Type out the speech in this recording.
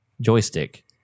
joystick